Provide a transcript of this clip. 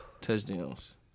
touchdowns